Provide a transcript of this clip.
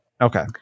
Okay